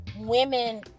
women